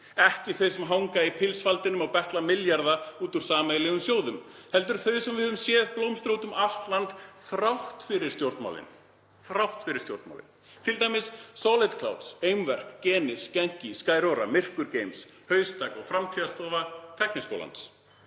ekki þau sem hanga í pilsfaldinum og betla milljarða út úr sameiginlegum sjóðum heldur þau sem við höfum séð blómstra úti um allt land þrátt fyrir stjórnmálin, til dæmis Solid Clouds, Eimverk, Genís, Genki, Skyrora, Myrkur Games, Haustak og Framtíðarstofu Tækniskólans.